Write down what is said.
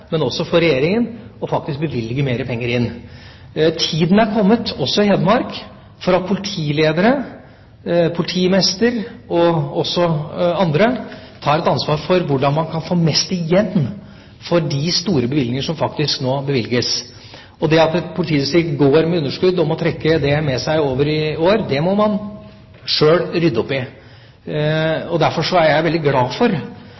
også for Regjeringa å bevilge mer penger inn. Tida er kommet, også i Hedmark, til at politiledere, politimester og også andre tar et ansvar for hvordan man kan få mest igjen for de store beløpene som nå faktisk bevilges. Det at et politidistrikt går med underskudd og må trekke det med seg over i år, må man sjøl rydde opp i. Derfor er jeg veldig glad for